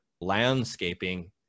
landscaping